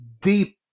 deep